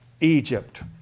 Egypt